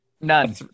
None